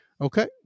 Okay